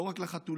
לא רק לחתולים.